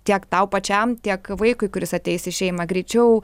tiek tau pačiam tiek vaikui kuris ateis į šeimą greičiau